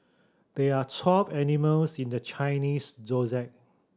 there are twelve animals in the Chinese Zodiac